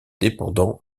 dépendant